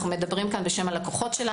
אנו מדברים פה בשם לקוחותינו.